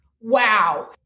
wow